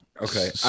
okay